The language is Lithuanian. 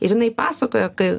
ir jinai pasakojo ka